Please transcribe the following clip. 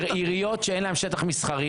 זה עיריות שאין להן שטח מסחרי.